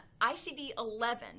icd-11